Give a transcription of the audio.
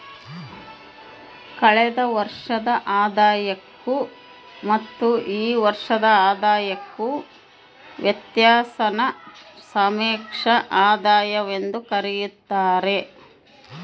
ಕಳೆದ ವರ್ಷದ ಆದಾಯಕ್ಕೂ ಮತ್ತು ಈ ವರ್ಷದ ಆದಾಯಕ್ಕೂ ವ್ಯತ್ಯಾಸಾನ ಸಾಪೇಕ್ಷ ಆದಾಯವೆಂದು ಕರೆಯುತ್ತಾರೆ